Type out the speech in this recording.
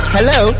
Hello